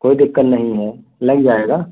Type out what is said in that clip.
कोई दिक्कत नहीं है लग जाएगा